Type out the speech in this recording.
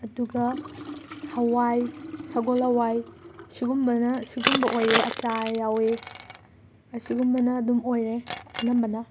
ꯑꯗꯨꯒ ꯍꯋꯥꯏ ꯁꯒꯣꯜ ꯂꯋꯥꯏ ꯁꯨꯒꯨꯝꯕꯅ ꯁꯨꯒꯨꯝꯕ ꯑꯣꯏꯌꯦ ꯑꯆꯥꯔ ꯌꯥꯎꯑꯦ ꯑꯁꯤꯒꯨꯝꯕꯅ ꯗꯨꯝ ꯑꯣꯏꯔꯦ ꯑꯅꯝꯕꯅ